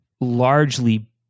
largely